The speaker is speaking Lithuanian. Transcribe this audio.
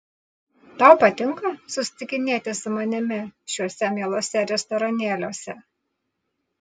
tau patinka susitikinėti su manimi šiuose mieluose restoranėliuose